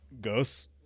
Ghosts